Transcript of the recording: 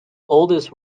oldest